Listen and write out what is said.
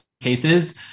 cases